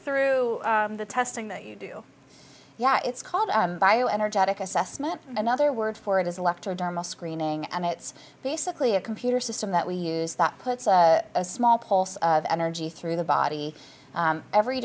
through the testing that you do yeah it's called bio energetic assessment another word for it is electro dharma screening and it's basically a computer system that we use that puts a small pulse of energy through the body every